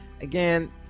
again